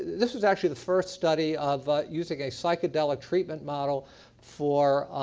this was actually the first study of using a psychedelic treatment model for